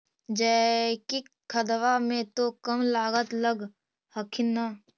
जैकिक खदबा मे तो कम लागत लग हखिन न?